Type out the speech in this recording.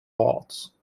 vaults